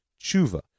tshuva